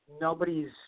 nobody's